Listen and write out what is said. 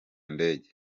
ndege